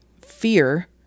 fear